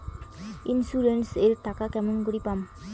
Insurance এর টাকা কেমন করি পাম?